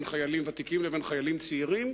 בין חיילים ותיקים לבין חיילים צעירים.